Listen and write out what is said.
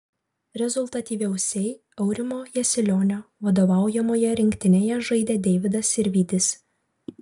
rezultatyviausiai aurimo jasilionio vadovaujamoje rinktinėje žaidė deividas sirvydis